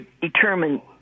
determine